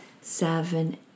seven